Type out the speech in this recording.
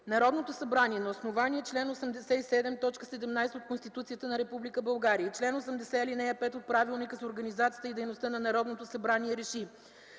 Народното събрание на основание чл. 84, т. 16 от Конституцията на Република България и чл. 80, ал. 5 от Правилника за организацията и дейността на Народното събрание Р